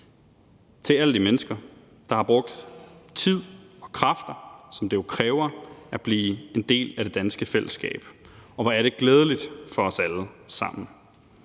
til alle de mennesker, der har brugt tid og kræfter, som det jo kræver at blive en del af det danske fællesskab, og hvor er det glædeligt for os alle sammen.